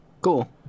Cool